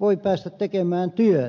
voi päästä tekemään työtä